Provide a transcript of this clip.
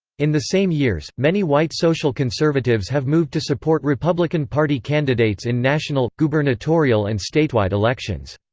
in the same years, many white social conservatives have moved to support republican party candidates in national, gubernatorial and statewide elections.